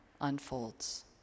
unfolds